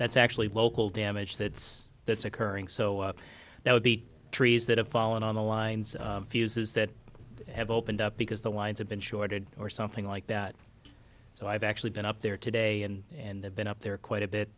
that's actually local damage that's that's occurring so that would be trees that have fallen on the lines fuses that have opened up because the lines have been shorted or something like that so i've actually been up there today and and have been up there quite a bit